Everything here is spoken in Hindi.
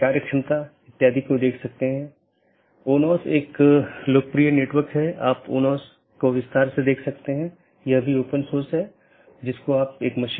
इसलिए हम बाद के व्याख्यान में इस कंप्यूटर नेटवर्क और इंटरनेट प्रोटोकॉल पर अपनी चर्चा जारी रखेंगे